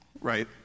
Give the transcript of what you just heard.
right